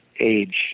age